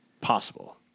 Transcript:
possible